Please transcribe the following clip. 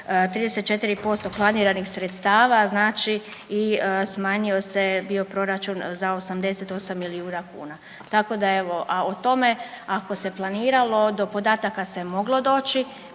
34% planiranih sredstava, znači i smanjio se je bio proračun za 88 milijuna kuna. Tako da evo, a o tome ako se planiralo do podataka se moglo doći